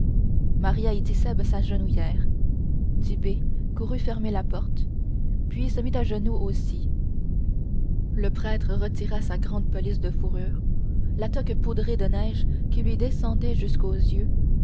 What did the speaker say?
maria et tit'sèbe s'agenouillèrent tit'bé courut fermer la porte puis se mit à genoux aussi le prêtre retira sa grande pelisse de fourrure la toque poudrée de neige qui lui descendait jusqu'aux yeux